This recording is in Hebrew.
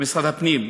במשרד הפנים.